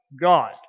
God